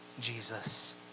Jesus